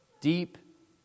Deep